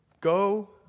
go